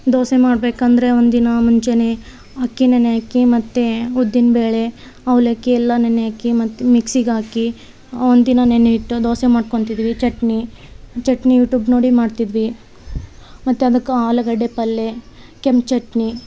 ದೋಸೆ ಮಾಡಬೇಕಂದ್ರೆ ಒಂದಿನ ಮುಂಚೆ ಅಕ್ಕಿ ನೆನೆ ಹಾಕಿ ಮತ್ತು ಉದ್ದಿನ ಬೇಳೆ ಅವಲಕ್ಕಿ ಎಲ್ಲ ನೆನೆ ಹಾಕಿ ಮತ್ತು ಮಿಕ್ಸಿಗೆ ಹಾಕಿ ಒಂದು ದಿನ ನೆನೆ ಇಟ್ಟು ದೋಸೆ ಮಾಡ್ಕೊತಿದ್ವಿ ಚಟ್ನಿ ಚಟ್ನಿ ಯೂಟ್ಯೂಬ್ ನೋಡಿ ಮಾಡ್ತಿದ್ವಿ ಮತ್ತು ಅದಕ್ಕೆ ಆಲೂಗಡ್ಡೆ ಪಲ್ಯ ಕೆಂಪು ಚಟ್ನಿ